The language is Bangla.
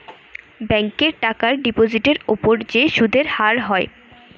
ব্যাংকে টাকার ডিপোজিটের উপর যে সুদের হার হয়